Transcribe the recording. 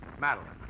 Madeline